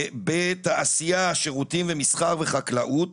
בתעשייה שירותים ומסחר וחקלאות,